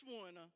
one